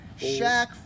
Shaq